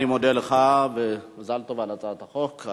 אני מודה לך, ומזל טוב על הצעת החוק.